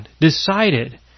decided